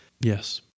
Yes